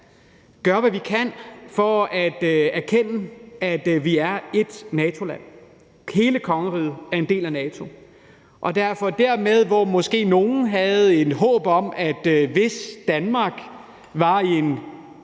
gør, hvad vi kan for at erkende, at vi er ét NATO-land; hele kongeriget er en del af NATO. Nogle havde måske et håb om, at hvis Danmark var i en